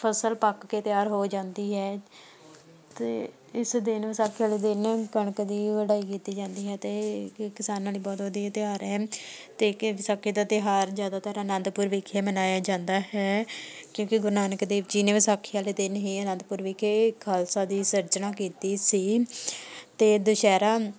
ਫਸਲ ਪੱਕ ਕੇ ਤਿਆਰ ਹੋ ਜਾਂਦੀ ਹੈ ਅਤੇ ਇਸ ਦਿਨ ਵਿਸਾਖੀ ਵਾਲ਼ੇ ਦਿਨ ਕਣਕ ਦੀ ਵਢਾਈ ਕੀਤੀ ਜਾਂਦੀ ਹੈ ਅਤੇ ਕ ਕਿਸਾਨਾਂ ਲਈ ਬਹੁਤ ਵਧੀਆ ਤਿਉਹਾਰ ਹੈ ਅਤੇ ਕ ਵਿਸਾਖੀ ਦਾ ਤਿਉਹਾਰ ਜ਼ਿਆਦਾਤਰ ਅਨੰਦਪੁਰ ਵਿਖੇ ਮਨਾਇਆ ਜਾਂਦਾ ਹੈ ਕਿਉਂਕਿ ਗੁਰੂ ਨਾਨਕ ਦੇਵ ਜੀ ਨੇ ਵਿਸਾਖੀ ਵਾਲੇ ਦਿਨ ਹੀ ਅਨੰਦਪੁਰ ਵਿਖੇ ਖਾਲਸਾ ਦੀ ਸਿਰਜਣਾ ਕੀਤੀ ਸੀ ਅਤੇ ਦੁਸਹਿਰਾ